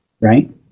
right